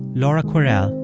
laura kwerel,